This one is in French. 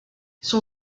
son